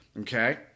okay